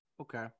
okay